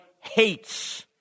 hates